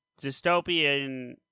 dystopian